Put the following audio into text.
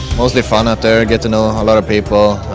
mostly fun out there. get to know a lot of people,